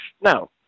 No